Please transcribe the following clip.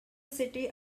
city